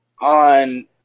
on